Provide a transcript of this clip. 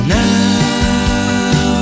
now